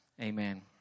amen